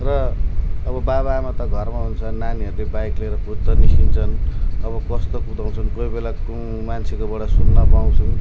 र अब बाबाआमा त घरमा हुन्छन् नानीहरूले बाइक लिएर फुत्त निस्किन्छन् अब कस्तो कुदाउँछन् कोही बेला कु मान्छेकोबाट सुन्न पाउँछौँ